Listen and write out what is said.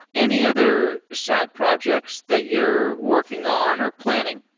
any other side projects that you're working on or planning?